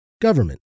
government